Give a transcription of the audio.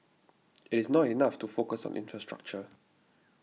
it is not enough to focus on infrastructure